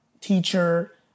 teacher